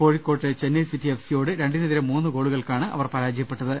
കോഴിക്കോട്ട് Chennai city F സിയോട് രണ്ടിനെ തിരെ മൂന്നുഗോളുകൾക്കാണ് അവർ പർാജയപ്പെട്ടത്